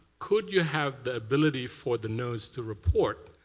could you have the ability for the nodes to report,